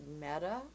meta